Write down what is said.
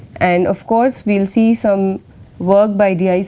and of course, we will see some work by dicrc,